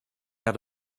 out